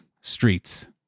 streets